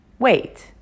Wait